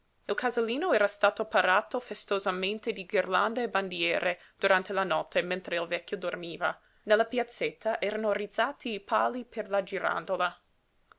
il casalino era stato parato festosamente di ghirlande e bandiere durante la notte mentre il vecchio dormiva nella piazzetta erano rizzati i pali per la girandola